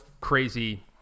crazy